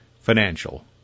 financial